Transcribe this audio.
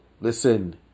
listen